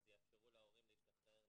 אז יאפשרו להורים להשתחרר